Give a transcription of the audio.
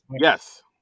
Yes